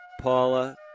Paula